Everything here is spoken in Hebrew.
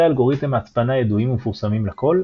אלגוריתם ההצפנה ידועים ומפורסמים לכל,